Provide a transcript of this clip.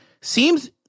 seems